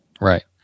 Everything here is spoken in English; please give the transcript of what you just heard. Right